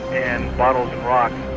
and bottles and